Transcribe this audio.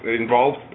involved